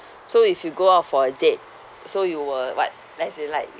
so if you go out for a date so you will what as in like